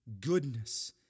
goodness